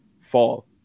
fall